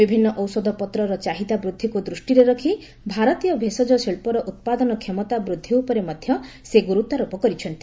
ବିଭିନ୍ନ ଔଷଧପତ୍ରର ଚାହିଦା ବୂଦ୍ଧିକୁ ଦୂଷ୍ଟିରେ ରଖି ଭାରତୀୟ ଭେଷଜ ଶିଳ୍ପର ଉତ୍ପାଦନ କ୍ଷମତା ବୃଦ୍ଧି ଉପରେ ମଧ୍ୟ ସେ ଗୁରୁତ୍ୱାରୋପ କରିଛନ୍ତି